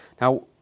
Now